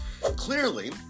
Clearly